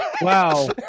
Wow